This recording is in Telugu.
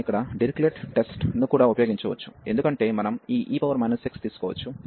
మనము ఇక్కడ డిరిచ్లెట్ టెస్ట్ ను కూడా ఉపయోగించవచ్చు ఎందుకంటే మనం ఈ e x తీసుకోవచ్చు